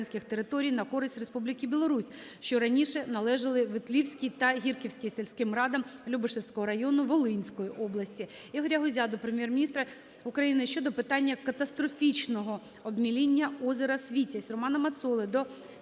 Ігоря Гузя до Прем'єр-міністра України щодо питання катастрофічного обміління озера Світязь. Романа Мацоли до